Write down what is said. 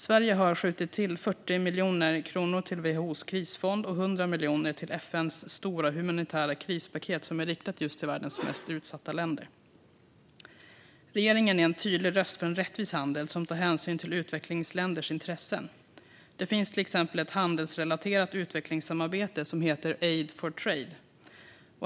Sverige har skjutit till 40 miljoner kronor till WHO:s krisfond och 100 miljoner till FN:s stora humanitära krispaket, som är riktat just till världens mest utsatta länder. Regeringen är en tydlig röst för en rättvis handel som tar hänsyn till utvecklingsländers intressen. Det finns till exempel ett handelsrelaterat utvecklingssamarbete som heter Aid for Trade.